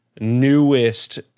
newest